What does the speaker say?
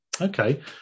okay